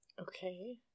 Okay